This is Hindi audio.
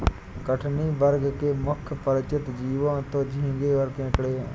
कठिनी वर्ग के मुख्य परिचित जीव तो झींगें और केकड़े हैं